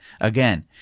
again